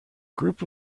group